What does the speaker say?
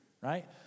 right